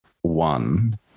one